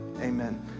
Amen